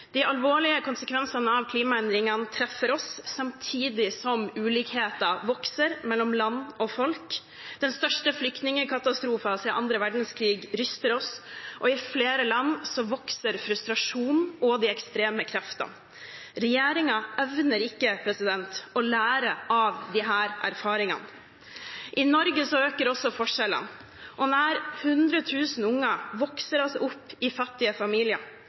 De alvorlige konsekvensene av klimaendringene treffer oss samtidig som ulikheter vokser mellom land og folk. Den største flyktningkatastrofen siden annen verdenskrig ryster oss, og i flere land vokser frustrasjonen og de ekstreme kreftene. Regjeringen evner ikke å lære av disse erfaringene. I Norge øker også forskjellene. Nær 100 000 unger vokser opp i fattige familier,